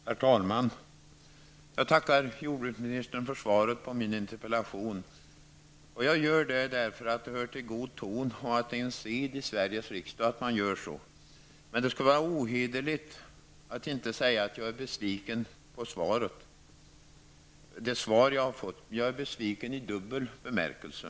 Herr talman! Jag tackar jordbruksministern för svaret på min interpellation. Jag gör det därför att det hör till god ton och är sed i Sveriges riksdag att man gör så. Det skulle vara ohederligt att inte säga att jag är besviken över det svar jag har fått. Jag är besviken i dubbel bemärkelse.